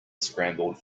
scrambled